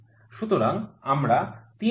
সুতরাং আমরা ০৩ মিমি খুঁজে পেতে পারি